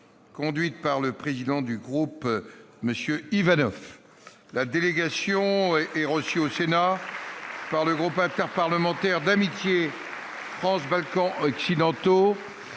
conduite par le président du groupe d'amitié, M. Ivanov. Cette délégation est reçue au Sénat par le groupe interparlementaire d'amitié France-Balkans occidentaux,